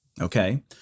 Okay